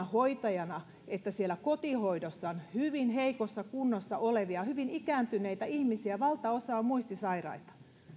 hoitajana että siellä kotihoidossa on hyvin heikossa kunnossa olevia hyvin ikääntyneitä ihmisiä valtaosa on muistisairaita